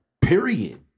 Period